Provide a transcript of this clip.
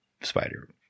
Spider